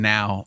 Now